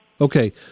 Okay